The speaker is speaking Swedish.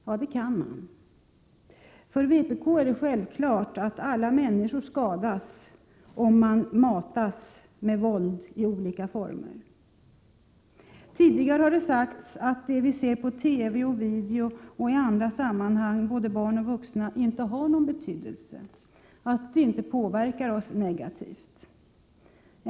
Ja, det kan man. För vpk är det självklart att alla människor skadas, om de matas med våld i olika former. Tidigare har det sagts att det vi — både barn och vuxna — ser i TV och video och i andra sammanhang inte har någon betydelse, att det inte påverkar oss negativt.